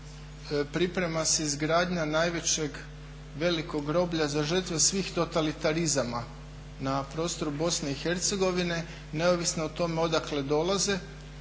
priprema se izgradnja najvećeg velikog groblja za žrtve svih totalitarizama na prostoru BiH neovisno o tome odakle dolaze.